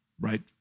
right